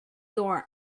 door